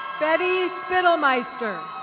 betty spittlemeister.